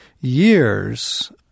years